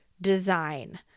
design